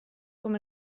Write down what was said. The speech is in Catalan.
com